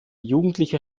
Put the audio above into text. jugendliche